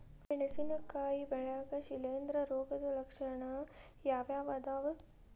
ಮೆಣಸಿನಕಾಯಿ ಬೆಳ್ಯಾಗ್ ಶಿಲೇಂಧ್ರ ರೋಗದ ಲಕ್ಷಣ ಯಾವ್ಯಾವ್ ಅದಾವ್?